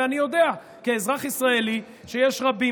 ואני יודע כאזרח ישראלי שיש רבים